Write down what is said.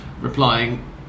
replying